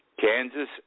Kansas